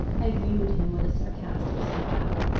i viewed him with a sarcastic smile,